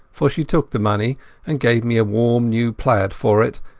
for she took the money and gave me a warm new plaid for it,